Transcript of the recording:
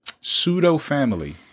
Pseudo-family